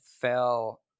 fell